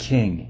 King